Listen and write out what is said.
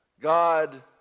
God